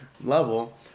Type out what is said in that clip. level